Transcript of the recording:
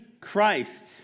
Christ